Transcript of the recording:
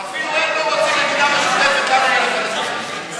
העבירות האלה לא נמצאות בהגדרת הביטחון.